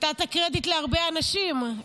נתת קרדיט להרבה אנשים,